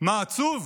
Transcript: מה עצוב?